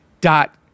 dot